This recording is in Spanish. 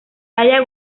talla